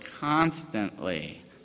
constantly